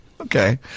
okay